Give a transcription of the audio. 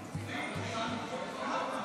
קרסה המערכת.